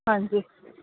ਹਾਂਜੀ